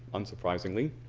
unsurprisingly,